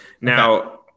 Now